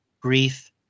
Grief